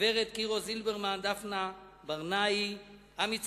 ורד קירו-זילברמן ודפנה ברנאי, ולעמי צדיק,